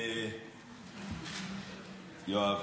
יואב.